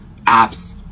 apps